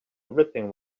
everything